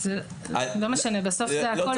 בדיוק.